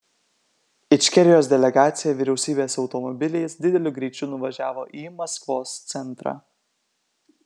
ičkerijos delegacija vyriausybės automobiliais dideliu greičiu nuvažiavo į maskvos centrą